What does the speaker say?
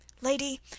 Lady